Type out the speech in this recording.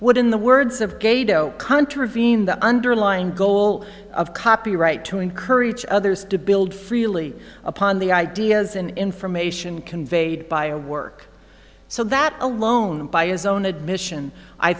would in the words of gedo contravene the underlying goal of copyright to encourage others to build freely upon the ideas and information and conveyed by a work so that alone by his own admission i